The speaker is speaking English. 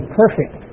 perfect